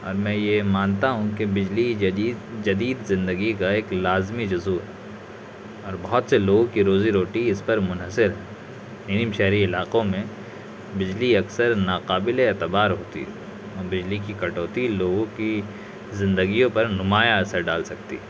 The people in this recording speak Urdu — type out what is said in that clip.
اور میں یہ مانتا ہوں کہ بجلی جدید جدید زندگی کا ایک لازمی جز ہے اور بہت سے لوگوں کی روزی روٹی اس پر منحصر ہے نیم شہری علاقوں میں بجلی اکثر ناقابلِ اعتبار ہوتی ہے بجلی کی کٹوتی لوگوں کی زندگیوں پر نمایاں اثر ڈال سکتی ہے